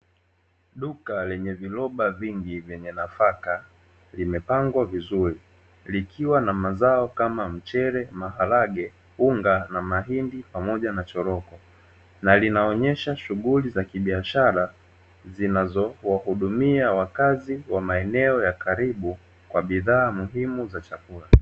Duka lenye viroba vingi vyenye nafaka limepangwa vizuri likiwa na mazao kama mchele, maharage, unga na mahindi pamoja na choroko na linaonyesha shughuli za kibiashara zinazo wahudumia wakazi wa maeno ya karibu kwa bidhaa muhimu za chakula.